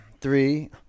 three